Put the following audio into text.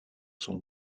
son